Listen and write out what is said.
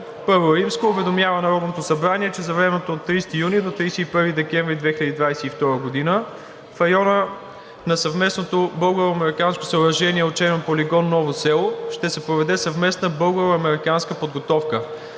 България уведомява Народното събрание, че за времето от 30 юни до 21 декември 2022 г. в района на съвместното българо-американско съоръжение Учебен полигон „Ново село“ ще се проведе съвместна българо-американска подготовка.